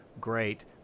great